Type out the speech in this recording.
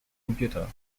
computer